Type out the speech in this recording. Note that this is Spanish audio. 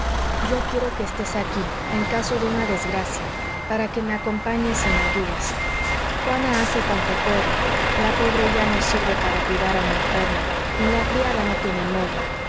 yo quiero que estés aquí en caso de una desgracia para que me acompañes y me ayudes juana hace cuanto puede la pobre ya no sirve para cuidar a un enfermo y la criada no tiene modo